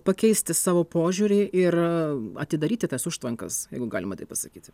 pakeisti savo požiūrį ir atidaryti tas užtvankas jeigu galima taip pasakyti